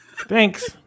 thanks